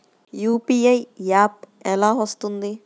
UPI app ఎలా వస్తుంది?